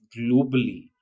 globally